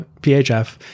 PHF